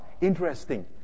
interesting